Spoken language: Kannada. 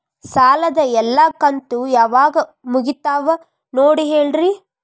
ಸಾಲದ ಎಲ್ಲಾ ಕಂತು ಯಾವಾಗ ಮುಗಿತಾವ ನೋಡಿ ಹೇಳ್ರಿ